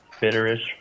bitterish